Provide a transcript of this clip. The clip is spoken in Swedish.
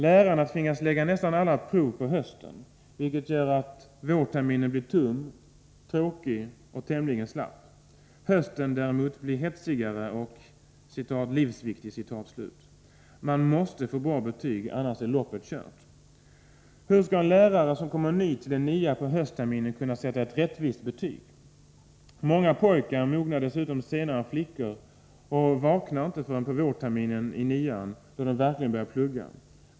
Lärarna tvingas lägga nästan alla prov på hösten, vilket gör att vårterminen blir tom, tråkig och tämligen slapp. Hösten däremot blir hetsigare och livsviktig. Man måste få bra betyg, annars är loppet kört. Hur ska en lärare som kommer ny till en 9:a på höstterminen kunna sätta ett rättvist betyg? Många pojkar mognar dessutom senare än flickor, och ”vaknar” inte förrän på vårterminen i 9:an, då de verkligen börjar plugga.